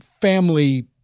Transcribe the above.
family